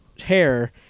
hair